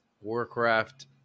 Warcraft